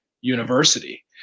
university